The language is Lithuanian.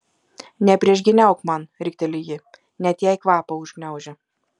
nepriešgyniauk man rikteli ji net jai kvapą užgniaužia